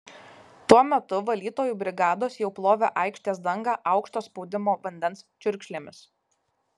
tuo metu valytojų brigados jau plovė aikštės dangą aukšto spaudimo vandens čiurkšlėmis